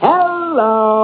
Hello